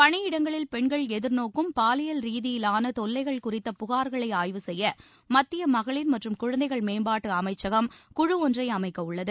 பணியிடங்களில் பெண்கள் எதிர்நோக்கும் பாலியல் ரீதியிலான தொல்லைகள் குறித்த புகார்களை ஆய்வு செய்ய மத்திய மகளிர் மற்றும் குழந்தைகள் மேம்பாட்டு அமைச்சகம் குழு ஒன்றை அமைக்கவுள்ளது